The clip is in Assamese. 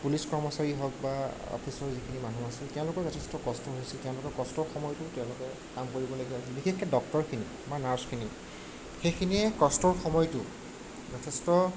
পুলিচ কৰ্মচাৰি হওক বা অফিচৰ যিখিনি মানুহ আছিল তেওঁলোকৰ যথেষ্ট কষ্ট হৈছিল তেওঁলোকৰ কষ্টৰ সময়তো তেওঁলোকে কাম কৰিব লগীয়া হৈছিল বিশেষকৈ ডক্টৰখিনি বা নাৰ্ছখিনি সেইখিনিয়ে কষ্টৰ সময়তো যথেষ্ট